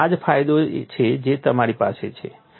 તેથી આ જ ફાયદો છે જે તમારી પાસે છે